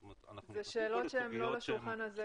לדעתי אלה שאלות שהן לא לשולחן הזה